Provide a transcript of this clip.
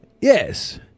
Yes